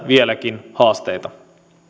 vieläkin edessä haasteita